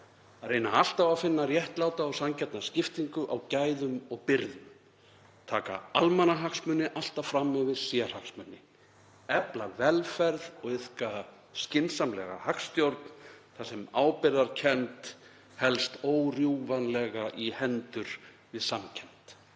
að reyna alltaf að finna réttláta og sanngjarna skiptingu á gæðum og byrðum, taka almannahagsmuni fram yfir sérhagsmuni, efla velferð og iðka skynsamlega hagstjórn þar sem ábyrgðarkennd helst órjúfanlega í hendur við samhjálp.